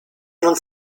non